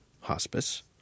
hospice